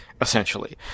essentially